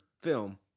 film